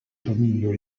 dominio